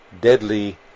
deadly